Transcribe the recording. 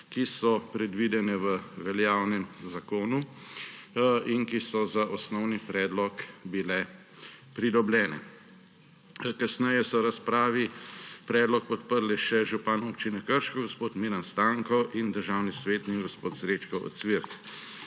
ki so predvidena v veljavnem zakonu in ki so za osnovni predlog bile pridobljena. Kasneje sta v razpravi predlog podprla še župan Občine Krško gospod Miran Stanko in državni svetnik gospod Srečko Ocvirk.